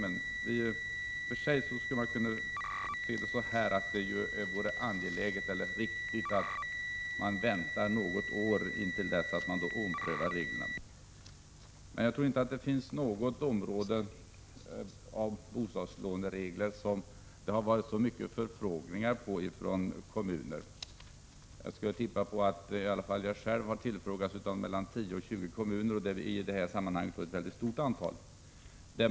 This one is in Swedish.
Man kan i och för sig se saken så, att det vore riktigt att man väntar något år innan man omprövar reglerna. Men jag tror inte att det finns något område när det gäller bostadslåneregler som detta där det har skett så många förfrågningar från kommuner. Jag skulle tippa att jag själv har tillfrågats av i alla fall mellan 10 och 20 kommuner — det är i det sammanhanget ett mycket stort antal.